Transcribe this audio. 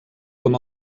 com